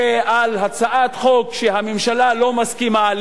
שעל הצעת חוק שהממשלה לא מסכימה לה,